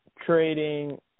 trading